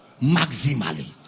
Maximally